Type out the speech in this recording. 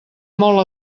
molt